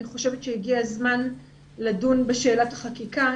אני חושבת שהגיע הזמן לדון בשאלת החקיקה,